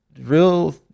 Real